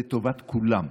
לטובת כולם,